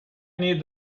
need